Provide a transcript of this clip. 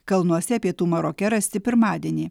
kalnuose pietų maroke rasti pirmadienį